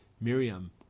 Miriam